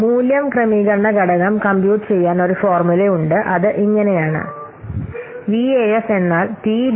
മൂല്യം ക്രമീകരണ ഘടകം കമ്പ്യൂട്ട് ചെയ്യാൻ ഒരു ഫോർമുല ഉണ്ട് അത് ഇങ്ങനെ ആണ് VAF TDI 0